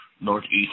northeast